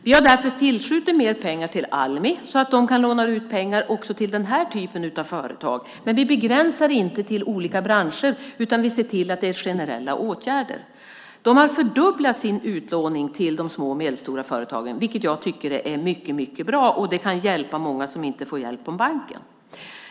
Vi har därför tillskjutit mer pengar till Almi, så att man kan låna ut pengar också till den här typen av företag. Men vi begränsar inte detta till olika branscher, utan det är generella åtgärder. Almi har fördubblat sin utlåning till de små och medelstora företagen, vilket jag tycker är mycket bra. Det kan hjälpa många som inte får hjälp från banken.